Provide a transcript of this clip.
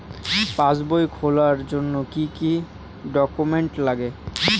পাসবই খোলার জন্য কি কি ডকুমেন্টস লাগে?